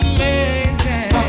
Amazing